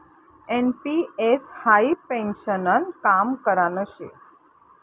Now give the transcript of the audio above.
NPS high पेन्शननं काम करान शे